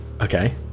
okay